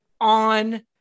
on